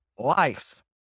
life